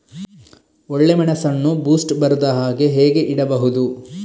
ಒಳ್ಳೆಮೆಣಸನ್ನು ಬೂಸ್ಟ್ ಬರ್ದಹಾಗೆ ಹೇಗೆ ಇಡಬಹುದು?